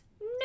No